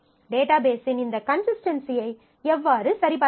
டேட்டாவின் இந்த கன்சிஸ்டன்சியை எவ்வாறு சரிபார்ப்பது